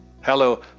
Hello